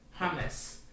hummus